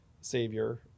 savior